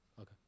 Okay